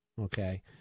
okay